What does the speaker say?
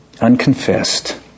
unconfessed